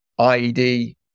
IED